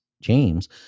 James